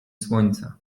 słońca